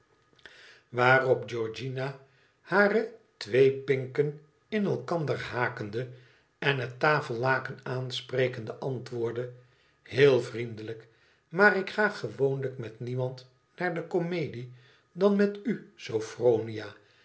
waarop georgiana hare twee pinken in elkander hakende en het tafeuaken aansprekende antwoordde heel vriendelijk maar ik ga woonl met niemand naar de komedie dan met u sophronia en